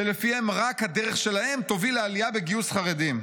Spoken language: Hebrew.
שלפיהם רק הדרך שלהם תוביל לעלייה בגיוס החרדים.